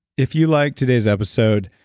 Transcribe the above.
if you liked today's episode,